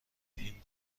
این